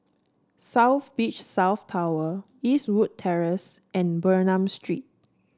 South Beach South Tower Eastwood Terrace and Bernam Street